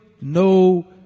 no